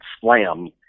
slam